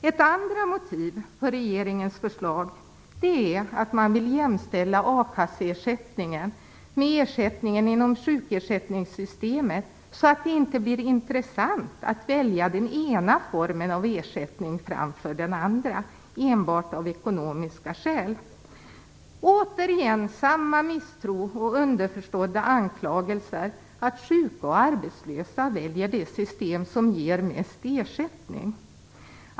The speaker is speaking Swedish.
Ett andra motiv för regeringens förslag är att man vill jämställa a-kasseersättningen med ersättningen inom sjukersättningssystemet så att det inte blir intressant att välja den ena formen av ersättning framför den andra enbart av ekonomiska skäl. Återigen är det samma misstro och underförstådda anklagelser om att sjuka och arbetslösa väljer det system som ger mest i ersättning.